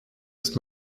ist